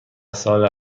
ساله